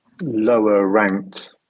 lower-ranked